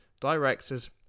directors